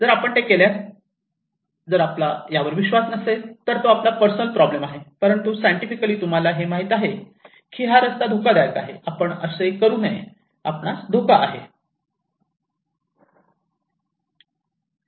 जर आपण ते केल्यास जर आपला यावर विश्वास नसेल तर आपला पर्सनल प्रॉब्लेम आहे परंतु सायंटिफिकली आम्हाला हे माहित आहे की हा रस्ता धोकादायक आहे आपण असे करू नये आपणास धोका आहे